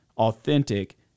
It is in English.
authentic